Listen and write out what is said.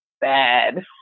bad